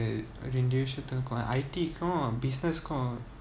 ngee ann I_T core cum business cum